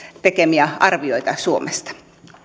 tehtyjä arvioita suomesta